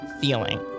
feeling